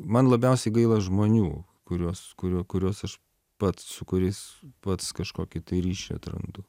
man labiausiai gaila žmonių kuriuos kuriu kuriuos aš pats su kuriais pats kažkokį tai ryšį atrandu